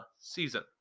season